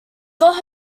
got